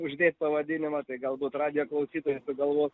uždėt pavadinimą tai galbūt radijo klausytojai sugalvos